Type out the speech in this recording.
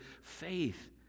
faith